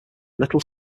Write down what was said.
little